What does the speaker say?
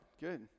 Good